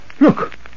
Look